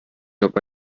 job